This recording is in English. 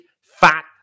fat